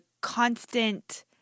constant